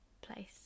place